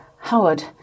Howard